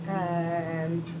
um